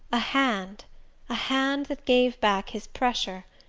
a hand a hand that gave back his pressure!